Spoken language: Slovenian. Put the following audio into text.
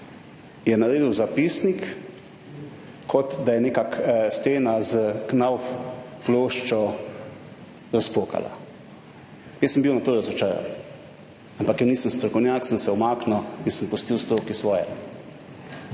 je naredil zapisnik kot da je nekako stena s knauf ploščo razpokala. Jaz sem bil nato razočaran, ampak ker nisem strokovnjak, sem se umaknil in sem pustil stroki svoje.